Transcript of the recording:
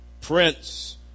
Prince